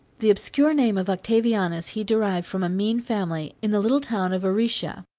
the obscure name of octavianus he derived from a mean family, in the little town of aricia.